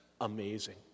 amazing